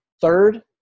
Third